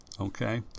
Okay